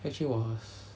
sec three was